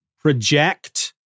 project